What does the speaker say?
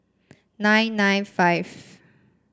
nine nine five